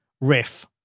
riff